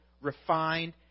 refined